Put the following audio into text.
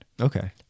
Okay